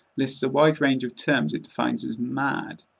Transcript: lists a wide range of terms it defines as mad.